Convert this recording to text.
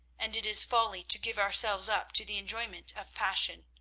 and it is folly to give ourselves up to the enjoyment of passion.